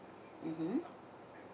mmhmm